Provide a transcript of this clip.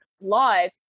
live